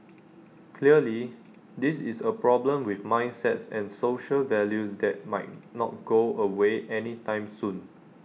clearly this is A problem with mindsets and social values that might not go away anytime soon